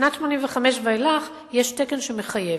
משנת 1985 ואילך יש תקן שמחייב.